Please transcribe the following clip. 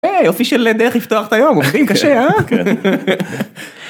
יופי של דרך לפתוח את היום, עובדים קשה אה? כן.